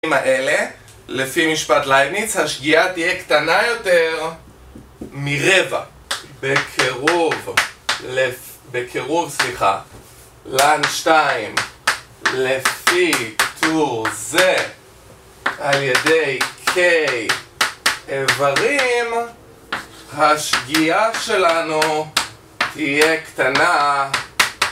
לפי משפט לייבניץ השגיאה תהיה קטנה יותר מרבע בקירוב, סליחה לאן 2 לפי תור זה על ידי k איברים השגיאה שלנו תהיה קטנה